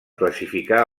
classificar